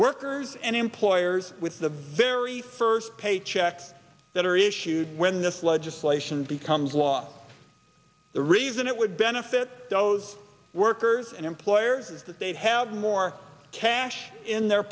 workers and employers with the very first pay checks that are issued when this legislation becomes law the reason it would benefit those workers and employers is that they have more cash in their